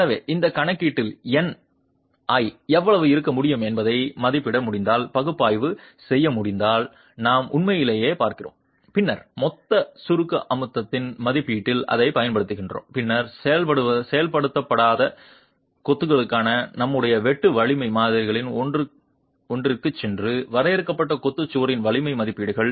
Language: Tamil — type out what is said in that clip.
எனவே இந்த கணக்கீட்டில் Ni எவ்வளவு இருக்க முடியும் என்பதை மதிப்பிட முடிந்தால் பகுப்பாய்வு செய்ய முடிந்தால் நாம் உண்மையிலேயே பார்க்கிறோம் பின்னர் மொத்த சுருக்க அழுத்தத்தின் மதிப்பீட்டில் அதைப் பயன்படுத்துகிறோம் பின்னர் செயல்படுத்தப்படாத கொத்துக்கான நம்முடைய வெட்டு வலிமை மாதிரிகளில் ஒன்றிற்குச் சென்று வரையறுக்கப்பட்ட கொத்து சுவரின் வலிமையை மதிப்பிடுங்கள்